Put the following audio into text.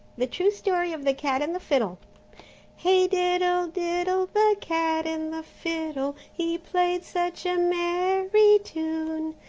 the true story of the cat and the fiddle hey, diddle, diddle! the cat and the fiddle! he played such a merry tune,